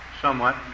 somewhat